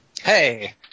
Hey